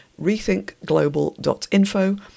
rethinkglobal.info